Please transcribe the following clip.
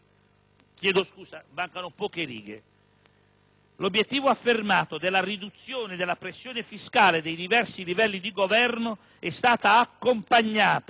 altri versi ancora superiore. L'obiettivo affermato della riduzione della pressione fiscale dei diversi livelli di governo è stato accompagnato